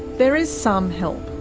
there is some help.